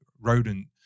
rodent